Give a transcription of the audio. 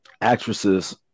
actresses